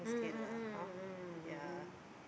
mm mm mm mm mm